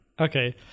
okay